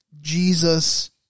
Jesus